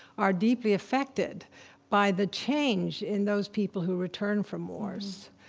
are deeply affected by the change in those people who return from wars.